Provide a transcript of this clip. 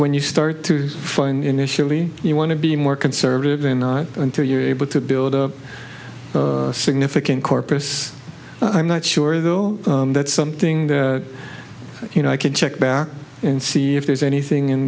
when you start to find initially you want to be more conservative in not until you're able to build a significant corpus i'm not sure though that's something you know i could check back and see if there's anything in